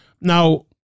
Now